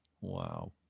Wow